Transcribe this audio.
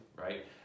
right